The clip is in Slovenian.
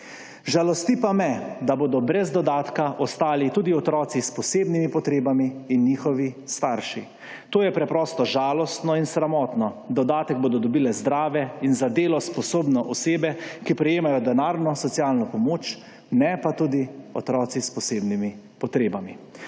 Žalosti pa me, da bodo brez dodatka ostali tudi otroci s posebnimi potrebami in njihovi starši. To je preprosto žalostno in sramotno. Dodatek bodo dobile zdrave in za delo sposobno osebe, ki prejemajo denarno socialno pomoč, ne pa tudi otroci s posebnimi potrebami.